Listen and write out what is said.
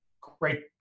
great